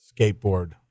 Skateboard